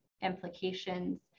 implications